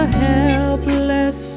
helpless